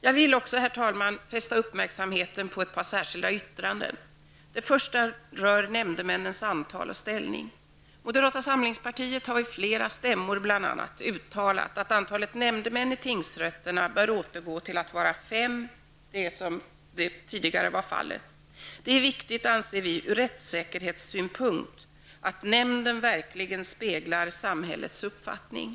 Jag vill också fästa uppmärksamheten på ett par särskilda yttranden. Det första rör nämndemännens antal och ställning. Moderata samlingspartiet har vid flera stämmor bl.a. uttalat att antalet nämndemän i tingsrätterna bör återgå till att vara fem, som tidigare var fallet. Det är viktigt ur rättssäkerhetssynpunkt, anser vi, att nämnden verkligen speglar samhällets uppfattning.